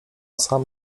sam